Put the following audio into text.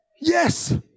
yes